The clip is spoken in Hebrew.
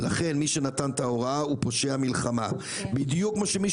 לכן מי שנתן את ההוראה הוא פושע מלחמה בדיוק כמו שמי